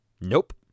Nope